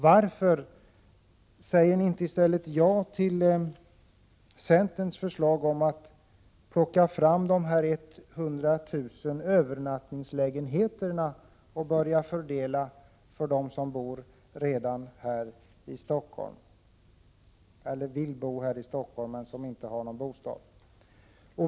Varför säger ni inte i stället ja till centerns förslag om att plocka fram de 100 000 övernattningslägenheterna och börja fördela dessa till dem som vill bo här i Stockholm men inte har någon bostad?